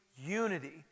unity